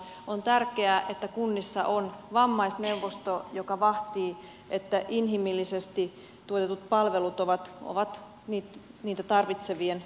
on tärkeää että kunnissa on vammaisneuvosto joka vahtii että inhimillisesti tuotetut palvelut ovat niitä tarvitsevien ulottuvilla